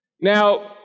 Now